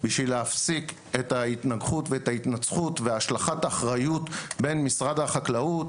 בשביל להפסיק את ההתנגחות וההתנצחות והשלכת אחריות בין משרד החקלאות